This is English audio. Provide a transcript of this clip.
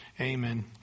Amen